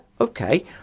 okay